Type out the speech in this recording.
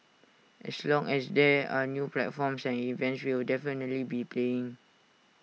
as long as there are new platforms and events we'll definitely be paying